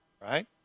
Right